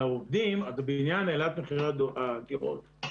העובדים בעניין העלאת מחירי הדירות,